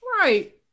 Right